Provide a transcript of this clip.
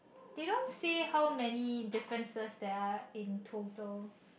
they don't say how many differences there are in total